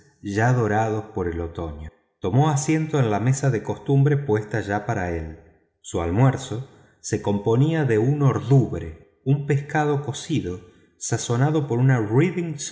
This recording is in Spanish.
ya dorados por el otoño tomó asiento en la mesa de costumbre puesta ya para él su almuerzo se componia de un entremés un pescado cocido sazonado por una